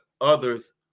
others